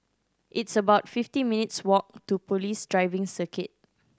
it's about fifty minutes' walk to Police Driving Circuit